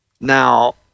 Now